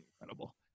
incredible